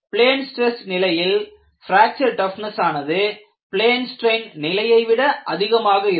plane stress நிலையில் fracture toughness ஆனது plane strain நிலையை விட அதிகமாக இருக்கும்